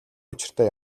учиртай